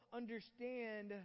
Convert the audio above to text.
understand